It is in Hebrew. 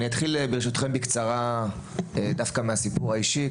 אני אתחיל, ברשותכם, בקצרה, דווקא מהסיפור האישי.